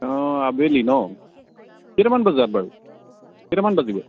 অঁ আবেলি ন কেইটামান বজাত বাৰু কেইটামান বাজিব